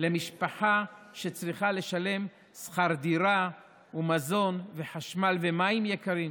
למשפחה שצריכה לשלם שכר דירה ומזון וחשמל ומים יקרים,